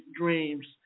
dreams